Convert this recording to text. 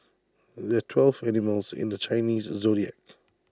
there are twelve animals in the Chinese Zodiac